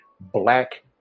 black